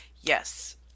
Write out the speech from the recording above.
yes